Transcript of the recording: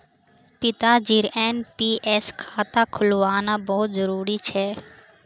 पिताजीर एन.पी.एस खाता खुलवाना बहुत जरूरी छ